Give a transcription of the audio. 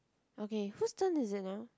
okay who's turn is it now